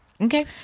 okay